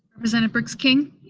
representative briggs king?